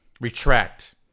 retract